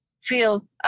feel